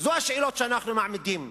אלה השאלות שאנחנו מעמידים,